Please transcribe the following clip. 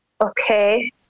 Okay